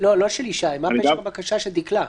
של דקלה?